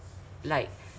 like